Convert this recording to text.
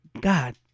God